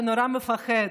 שנורא מפחד.